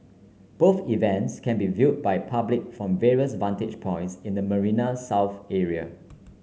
both events can be viewed by the public from various vantage points in the Marina South area